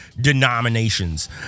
denominations